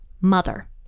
mother